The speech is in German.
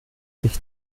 sich